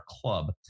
club